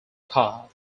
car